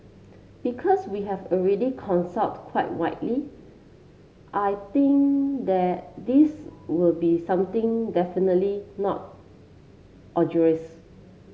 because we have already consulted quite widely I think that this will be something definitely not